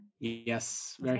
yes